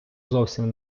зовсім